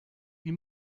die